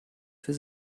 für